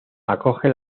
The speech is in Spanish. acoge